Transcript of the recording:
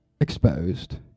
exposed